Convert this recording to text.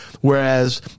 Whereas